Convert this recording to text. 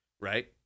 right